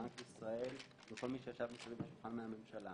בנק ישראל וכל מי שישב מסביב לשולחן מהממשלה